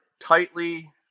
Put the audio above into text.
tightly